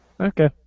Okay